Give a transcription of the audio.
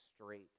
straight